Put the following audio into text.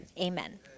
amen